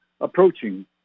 approaching